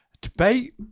Debate